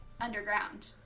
Underground